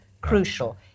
crucial